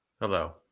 Hello